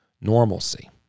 normalcy